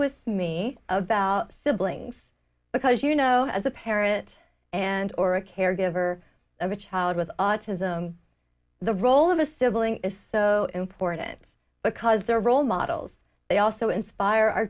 with me about siblings because you know as a parent and or a caregiver of a child with autism the role of a sibling is so important because their role models they also inspire our